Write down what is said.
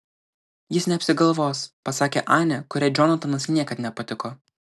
jis neapsigalvos pasakė anė kuriai džonatanas niekad nepatiko